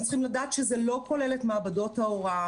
אתם צריכים לדעת שזה לא כולל את מעבדות ההוראה.